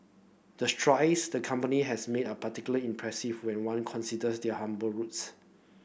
the strides the company has made are particularly impressive when one considers their humble roots